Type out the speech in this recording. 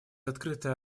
открытое